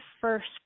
first